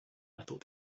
thought